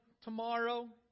tomorrow